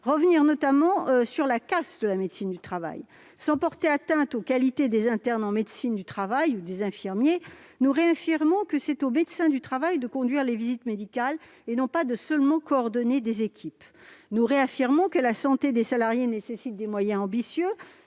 notamment sur la casse de la médecine du travail. Sans vouloir remettre en cause les qualités des internes en médecine du travail ou des infirmiers, nous réaffirmons que c'est au médecin du travail de conduire les visites médicales et non pas seulement de coordonner les équipes. Nous réaffirmons également que la santé des salariés nécessite des moyens ambitieux,